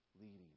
leading